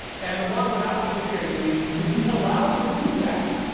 and the one without the fiduciary duty would be allowed to do that.